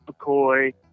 McCoy